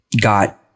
got